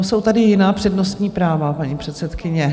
Jsou tady jiná přednostní práva, paní předsedkyně.